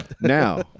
Now